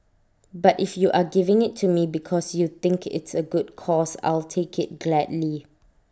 but if you are giving IT to me because you think it's A good cause I'll take IT gladly